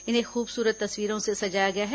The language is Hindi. इन्हें खूबसूरत तस्वीरों से सजाया गया है